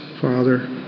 Father